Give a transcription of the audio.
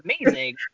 amazing